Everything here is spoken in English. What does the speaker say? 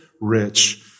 rich